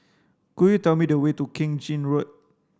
could you tell me the way to Keng Chin Road